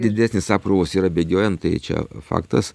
didesnės apkrovos yra bėgiojant tai čia faktas